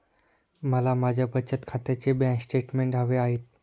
मला माझ्या बचत खात्याचे बँक स्टेटमेंट्स हवे आहेत